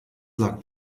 lag